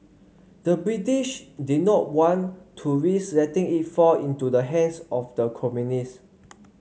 the British did not want to risk letting it fall into the hands of the communists